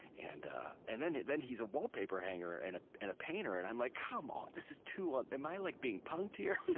and ah and then then he's a wallpaper hanger and ah and a painter, and i'm like, come on! this is too am i like being punked here?